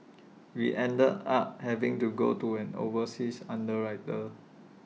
we end the up having to go to an overseas underwriter